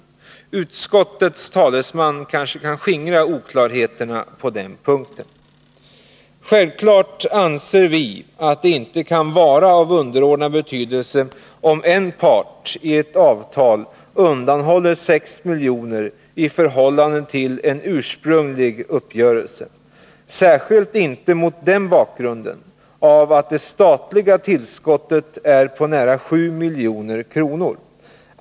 Utskottets talesman kanske kan skingra oklarheterna på den punkten. Självfallet anser vi att det inte kan vara av underordnad betydelse om en part i ett avtal undanhåller 6 miljoner i förhållande till en ursprunglig uppgörelse. Detta gäller särskilt mot bakgrund av att det statliga tillskottet är på nära 7 milj.kr.